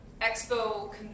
expo